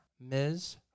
Ms